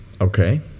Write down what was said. Okay